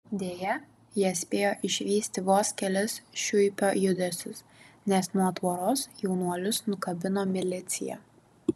deja jie spėjo išvysti vos kelis šiuipio judesius nes nuo tvoros jaunuolius nukabino milicija